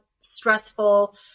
stressful